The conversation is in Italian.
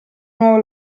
nuovo